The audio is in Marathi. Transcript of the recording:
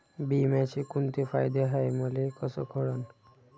बिम्याचे कुंते फायदे हाय मले कस कळन?